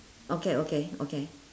okay okay okay